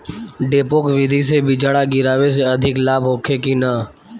डेपोक विधि से बिचड़ा गिरावे से अधिक लाभ होखे की न?